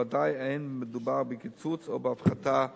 ובוודאי לא מדובר בקיצוץ או בהפחתה תקציבית.